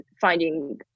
finding